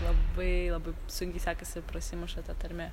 labai labai sunkiai sekasi prasimuša ta tarmė